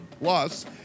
Plus